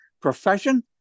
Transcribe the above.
profession